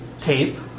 tape